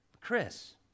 Chris